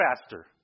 faster